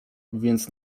więc